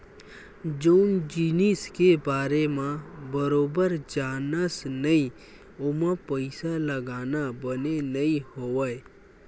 जउन जिनिस के बारे म बरोबर जानस नइ ओमा पइसा लगाना बने नइ होवय